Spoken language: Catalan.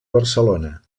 barcelona